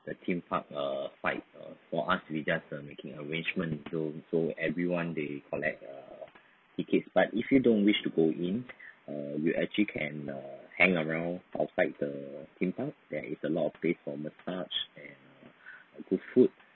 the theme park uh flight uh for us we just a making arrangement so so everyone they collect uh ticket but if you don't wish to go in uh you actually can uh hang around outside the theme park there is a lot of place for massage and good food